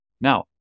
now